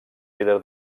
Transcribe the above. líder